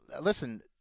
listen